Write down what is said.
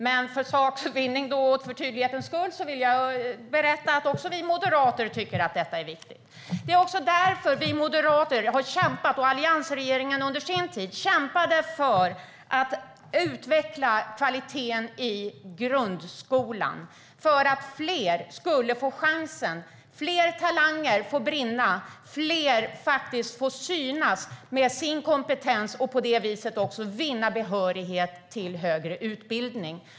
Men för sakens och tydlighetens skull vill jag berätta att också vi moderater tycker att detta är viktigt. Det är därför vi moderater har kämpat och det var också därför alliansregeringen under sin tid kämpade för att utveckla kvaliteten i grundskolan: för att fler skulle få chansen, fler talanger skulle få brinna, fler skulle få synas med sin kompetens och på det viset också vinna behörighet till högre utbildning.